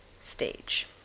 stage